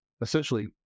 essentially